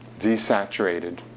desaturated